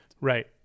Right